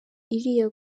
iriya